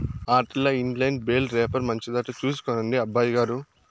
ఆటిల్ల in line bale wrapper మంచిదట చూసి కొనండి అబ్బయిగారు